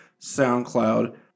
SoundCloud